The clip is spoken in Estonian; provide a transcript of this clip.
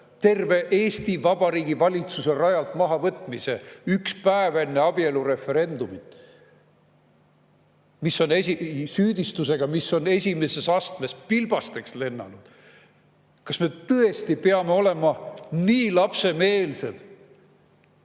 terve Eesti Vabariigi valitsuse rajalt maha võtmise üks päev enne abielureferendumit, süüdistusega, mis on esimeses [kohtu]astmes pilbasteks lennanud. Kas me tõesti peame olema nii lapsemeelsed,